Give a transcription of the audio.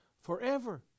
forever